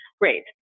Great